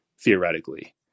theoretically